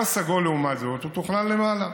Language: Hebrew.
הוא משמש עשרות אלפי אנשים שגרים בסביבה